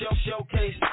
Showcase